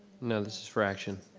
no, this is fraction.